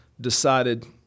decided